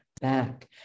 back